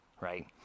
right